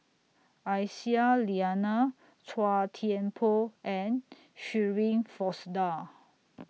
Aisyah Lyana Chua Thian Poh and Shirin Fozdar